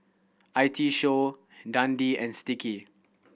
I T Show Dundee and Sticky